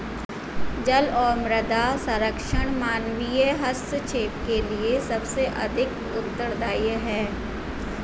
जल और मृदा संरक्षण मानवीय हस्तक्षेप के लिए सबसे अधिक उत्तरदायी हैं